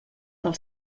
del